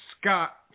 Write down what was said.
Scott